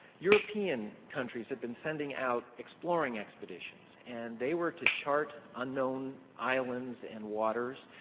european countries had been sending out exploring expeditions and they were to chart unknown islands and waters.